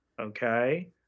okay